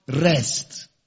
rest